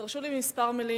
תרשו לי כמה מלים.